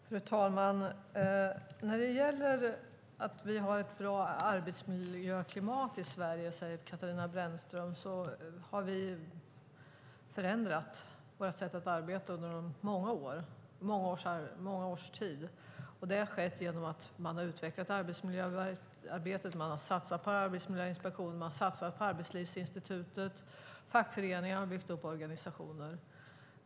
Fru talman! När det gäller att vi har ett bra arbetsmiljöklimat i Sverige, vilket Katarina Brännström säger, har vi förändrat vårt sätt att arbeta under många års tid. Det har skett genom att man har utvecklat arbetsmiljöarbetet, satsat på Arbetsmiljöinspektioner och satsat på Arbetslivsinstitutet. Fackföreningar har byggt upp organisationer.